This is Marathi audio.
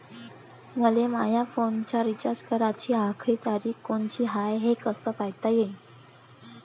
मले माया फोनचा रिचार्ज कराची आखरी तारीख कोनची हाय, हे कस पायता येईन?